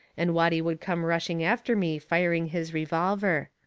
and watty would come rushing after me firing his revolver.